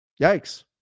Yikes